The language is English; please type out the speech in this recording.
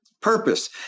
purpose